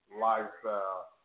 lifestyle